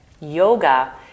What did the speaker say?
yoga